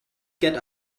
get